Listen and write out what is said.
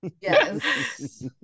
Yes